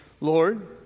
Lord